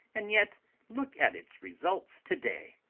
and yet look at its results to-day!